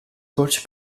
coach